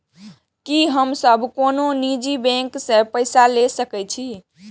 की हम सब कोनो निजी बैंक से पैसा ले सके छी?